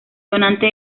donante